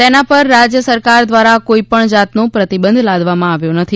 તેના પર રાજય સરકાર દ્વારા કોઇપણ જાતનો પ્રતિબંધ લાદવામાં આવ્યો નથી